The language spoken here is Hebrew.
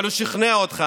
אבל הוא שכנע אותך,